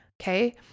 okay